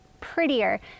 prettier